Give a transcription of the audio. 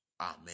amen